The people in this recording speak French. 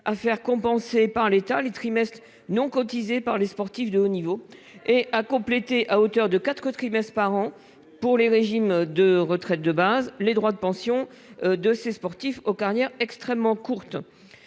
possible compensation par l'État des trimestres non cotisés par les sportifs de haut niveau en complétant, à hauteur de quatre trimestres par an, pour tous les régimes de retraite de base, les droits à pension de ces sportifs aux carrières extrêmement courtes.